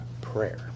prayer